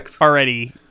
already